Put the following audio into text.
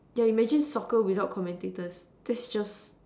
yeah imagine soccer without commentators that's just